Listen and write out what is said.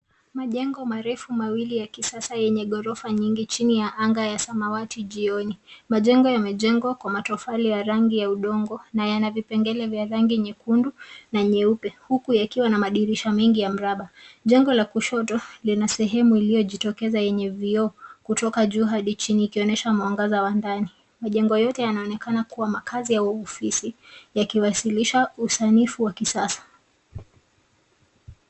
Majengo marefu mawili ya kisasa yenye gorofa nyingi chini ya anga ya samawati jioni. Majengo yamejengwa kwa matofali ya rangi ya udongo na yana vipengele vya rangi nyekundu na nyeupe, huku yakiwa na madirisha mengi ya mraba. Jengo la kushoto lina sehemu iliyojitokeza yenye vioo kutoka juu hadi chini ikionyesha mwangaza wa ndani. Majengo yote yanaonekana kuwa makazi au ofisi yakiwasilisha usanifu wa kisasa.